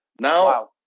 Now